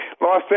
Los